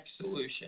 solution